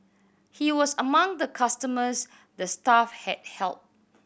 he was among the customers the staff had helped